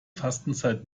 fastenzeit